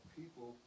people